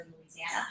Louisiana